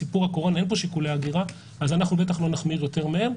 ובסיפור הקורונה אין שיקול הגירה אנחנו בטח לא נחמיר יותר מהם.